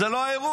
זה לא האירוע.